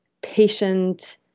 patient